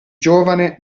giovane